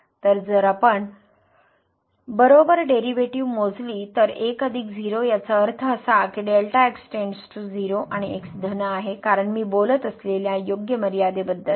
तर जर आपण बरोबर डेरीवेटिव मोजली तर 1 0 याचा अर्थ असा की → 0 आणि x धन आहे कारण मी बोलत असलेल्या योग्य मर्यादेबद्दल